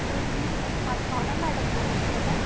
hello जी आप Kamana madam बोल रईं हैं क्या